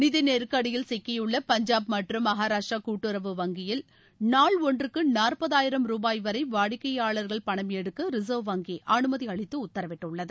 நிதி நெருக்கடியில் சிக்கியுள்ள பஞ்சாப் மற்றும் மகாராஷ்டிரா கூட்டுறவு வங்கியில் நாள் ஒன்றுக்கு நாற்பதாயிரம் ரூபாய் வரை வாடிக்கையாளர்கள் பணமெடுக்க ரிசர்வ் வங்கி அனுமதி அளித்து உத்தரவிட்டுள்ளது